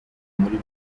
muri